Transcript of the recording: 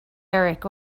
eric